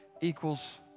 equals